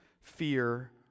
fear